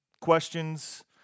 questions